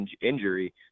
injury